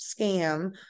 scam